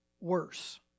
worse